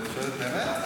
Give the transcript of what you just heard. את שואלת באמת?